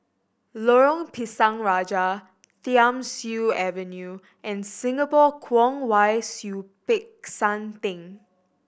Lorong Pisang Raja Thiam Siew Avenue and Singapore Kwong Wai Siew Peck San Theng